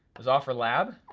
there's offerlab.